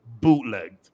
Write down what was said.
bootlegged